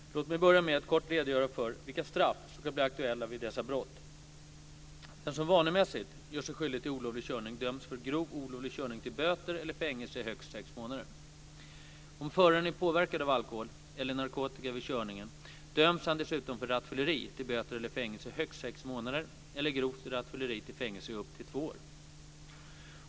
Låt mig börja med att kort redogöra för vilka straff som kan bli aktuella vid dessa brott. Den som vanemässigt gör sig skyldig till olovlig körning döms för grov olovlig körning till böter eller fängelse i högst sex månader. Om föraren är påverkad av alkohol eller narkotika vid körningen döms han dessutom för rattfylleri till böter eller fängelse i högst sex månader eller grovt rattfylleri till fängelse i upp till två år.